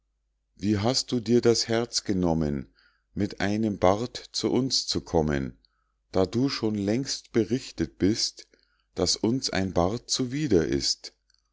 wie hast du dir das herz genommen mit einem bart zu uns zu kommen da du schon längst berichtet bist daß uns ein bart zuwider ist